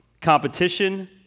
competition